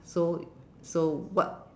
so so what